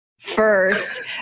first